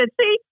see